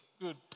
Good